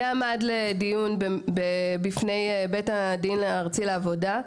זה עמד לדיון בפני בית הדין הארצי לעבודה,